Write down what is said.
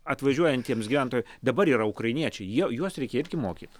atvažiuojantiems gyventojai dabar yra ukrainiečiai jie juos reikia irgi mokyt